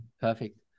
perfect